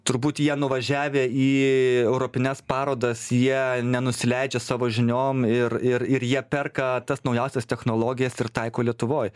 turbūt jie nuvažiavę į europines parodas jie nenusileidžia savo žiniom ir ir ir jie perka tas naujausias technologijas ir taiko lietuvoj